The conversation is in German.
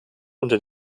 unter